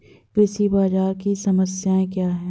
कृषि बाजार की समस्या क्या है?